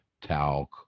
talc